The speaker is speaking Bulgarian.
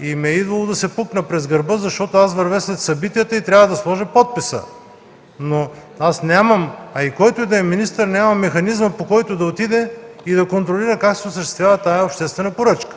и ми е идвало да се пукна през гърба, защото вървя след събитията и трябва да си сложа подписа, но аз нямам, а и който и да е министър, механизъм, по който да отиде и да контролира как се осъществява тази обществена поръчка.